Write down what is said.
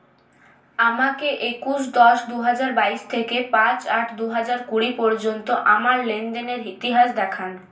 আমাকে একুশ দশ দু হাজার বাইশ থেকে পাঁচ আট দু হাজার কুড়ি পর্যন্ত আমার লেনদেনের ইতিহাস দেখান